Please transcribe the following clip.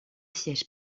siège